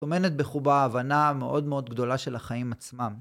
טומנת בחובה ההבנה מאוד מאוד גדולה של החיים עצמם.